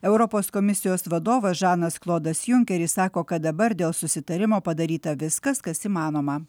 europos komisijos vadovas žanas klodas junkeris sako kad dabar dėl susitarimo padaryta viskas kas įmanoma